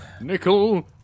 Nickel